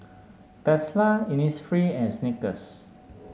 Tesla Innisfree and Snickers